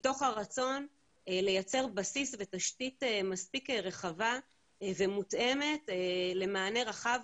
מתוך הרצון לייצר בסיס ותשתית מספיק רחבה ומותאמת למענה רחב